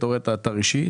אתה רואה את האתר האישי,